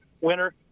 winner